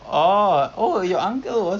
oh dengan datuk dia